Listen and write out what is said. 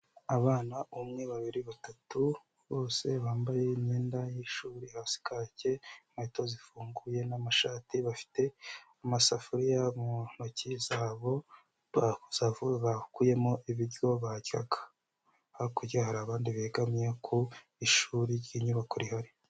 Abana umwe, babiri, batatu, bose bambaye imyenda y'ishuri hasi kake inkweto zifunguye n'amashati bafite amasafuriya mu ntoki zabo, ba sa vu bakuyemo ibiryo baryaga, hakurya hari abandi begamye ku ishuri ry'inyubako rihari.